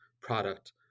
product